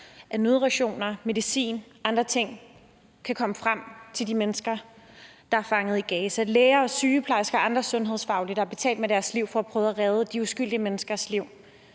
at nødrationer, medicin og andre ting kan komme frem til de mennesker, der er fanget i Gaza. Der er læger og sygeplejersker og andre sundhedsfaglige personer, der har betalt med deres liv for at prøve at redde de uskyldige menneskers liv.